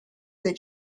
that